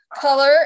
color